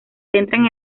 centran